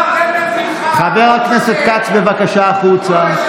חבר הכנסת כץ, בבקשה, החוצה.